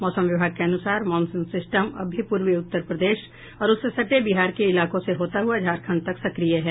मौसम विभाग के अनुसार मॉनसून सिस्टम अब भी पूर्वी उत्तर प्रदेश और उससे सटे बिहार के इलाकों से होता हुआ झारखंड तक सक्रिय है